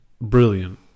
brilliant